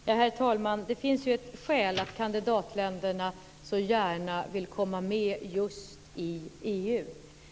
Herr talman! Det finns ju ett skäl till att kandidatländerna så gärna vill komma med just i EU.